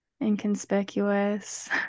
inconspicuous